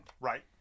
Right